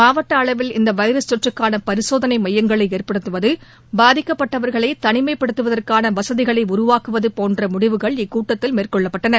மாவட்டஅளவில் இந்தவைரஸ் தொற்றுக்கானபரிசோதனைமையங்களைஏற்படுத்துவது பாதிக்கப்பட்டவர்களைதளிமைப்படுத்துவதற்கானவசதிகளைஉருவாக்குவதுபோன்றமுடிவுகள் இக்கூட்டத்தில் மேற்கொள்ளப்பட்டன